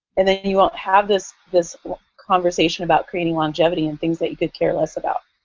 and then you won't have this this conversation about creating longevity and things that you could care less about.